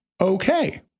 okay